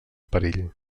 perill